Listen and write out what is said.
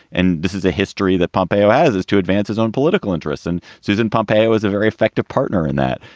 and this is a history that pompeo has, is to advance his own political interests. and susan pompeo is a very effective partner in that.